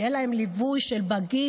שיהיה להם ליווי של בגיר,